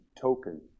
token